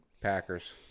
Packers